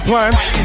Plants